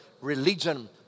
religion